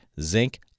zinc